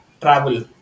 travel